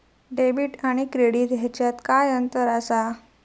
Debit आणि credit ह्याच्यात काय अंतर असा?